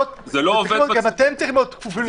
גם אתם צריכים להיות כפופים לביקורת.